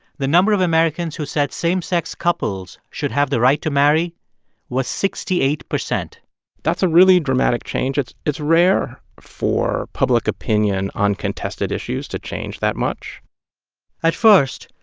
the number of americans who said same-sex couples should have the right to marry was sixty eight percent that's a really dramatic change. it's it's rare for public opinion on contested issues to change that much at first,